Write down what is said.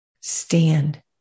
Stand